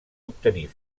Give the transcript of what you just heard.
obtenir